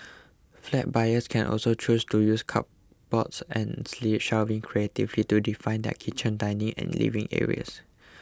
flat buyers can also choose to use cupboards and shelving creatively to define their kitchen dining and living areas